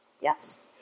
yes